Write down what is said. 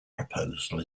proposal